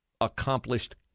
accomplished